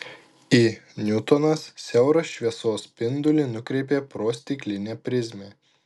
i niutonas siaurą šviesos spindulį nukreipė pro stiklinę prizmę